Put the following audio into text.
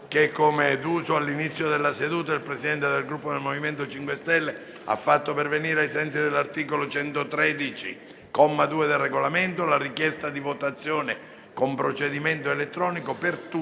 che all'inizio della seduta il Presidente del Gruppo MoVimento 5 Stelle ha fatto pervenire, ai sensi dell'articolo 113, comma 2, del Regolamento, la richiesta di votazione con procedimento elettronico per tutte